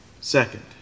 Second